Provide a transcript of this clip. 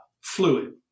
fluid